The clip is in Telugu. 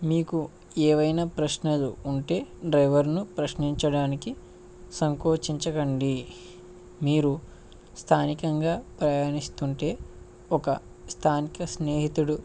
మీకు ఏవైనా ప్రశ్నలు ఉంటే డ్రైవర్ను ప్రశ్నించడానికి సంకోచించకండి మీరు స్థానికంగా ప్రయాణిస్తుంటే ఒక స్థానిక స్నేహితుడు